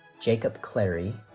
jacob clary